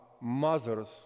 mothers